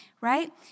right